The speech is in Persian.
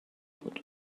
بود